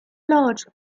large